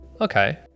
okay